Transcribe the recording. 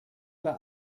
war